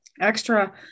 extra